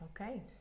Okay